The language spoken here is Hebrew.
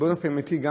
אין ספק, גם